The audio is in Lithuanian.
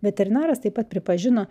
veterinaras taip pat pripažino